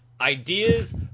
ideas